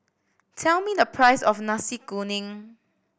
tell me the price of Nasi Kuning